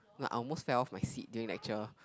like I almost fell off my seat during lecture